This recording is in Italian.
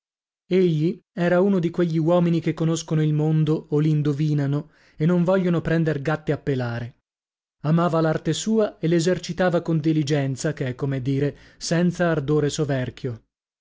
egli era uno di quegli uomini che conoscono il mondo o l'indovinano e non vogliono prender gatte a pelare amava l'arte sua e l'esercitava con diligenza che è come a dire senza ardore soverchio